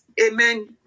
Amen